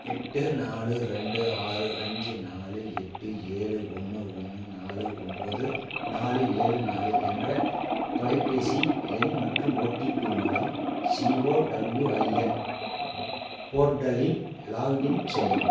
எட்டு நாலு ரெண்டு ஆறு அஞ்சு நாலு எட்டு ஏழு ஒன்று ஒன்று நாலு ஒம்பது நாலு ஏழு நாலு என்ற தொலைபேசி எண் மற்றும் ஓடிபி மூலம் சிஓடபுள்யூஐஎன் போர்ட்டலில் லாக்இன் செய்யவும்